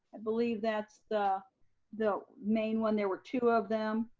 i believe that's the the main one. there were two of them